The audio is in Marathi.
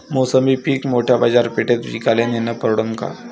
मोसंबी पीक मोठ्या बाजारपेठेत विकाले नेनं परवडन का?